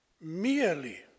merely